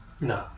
No